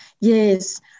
Yes